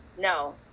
No